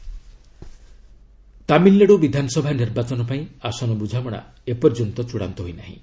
Tamil Nadu alliance Tamil Nadu ବିଧାନସଭା ନିର୍ବାଚନ ପାଇଁ ଆସନ ବୁଝାମଣା ଏପର୍ଯ୍ୟନ୍ତ ଚୂଡ଼ାନ୍ତ ହୋଇନାହିଁ